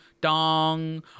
dong